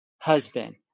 husband